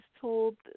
told